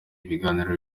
ibiganiro